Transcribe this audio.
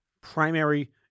primary